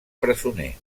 presoner